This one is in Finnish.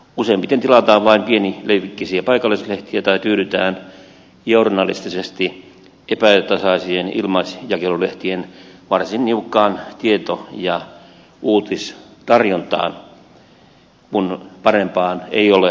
useimmiten tilataan vain pienilevikkisiä paikallislehtiä tai tyydytään journalistisesti epätasaisien ilmaisjakelulehtien varsin niukkaan tieto ja uutistarjontaan kun parempaan ei ole varaa